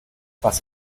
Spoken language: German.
was